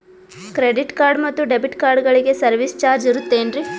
Credit card ಮತ್ತು debit ಕಾರ್ಡಗಳಿಗೆ service charge ಇರುತೇನ್ರಿ?